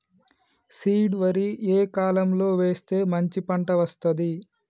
Seed వరి ఏ కాలం లో వేస్తే మంచి పంట వస్తది?